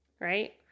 Right